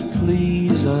please